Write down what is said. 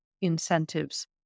incentives